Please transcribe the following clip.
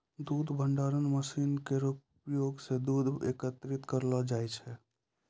दूध भंडारण मसीन केरो सहयोग सें दूध एकत्रित करलो जाय छै